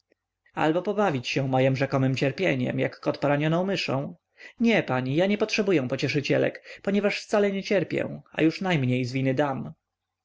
albo pobawić się mojem rzekomem cierpieniem jak kot poranioną myszą nie pani ja nie potrzebuję pocieszycielek ponieważ wcale nie cierpię a już najmniej z winy dam